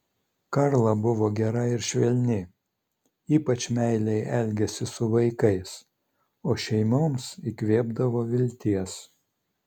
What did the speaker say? karla buvo gera ir švelni ypač meiliai elgėsi su vaikais o šeimoms įkvėpdavo vilties